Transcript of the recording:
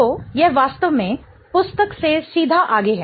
तो यह वास्तव में पुस्तक से सीधा आगे है